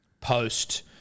post